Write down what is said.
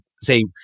say